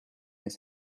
his